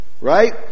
Right